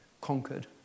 conquered